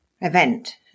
event